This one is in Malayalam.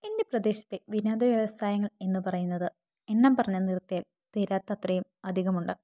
എൻ്റെ പ്രദേശത്തെ വിനോദ വ്യവസായങ്ങൾ എന്ന് പറയുന്നത് എണ്ണം പറഞ്ഞു നിർത്തിയാൽ തീരാത്ത അത്രയും അധികമുണ്ട്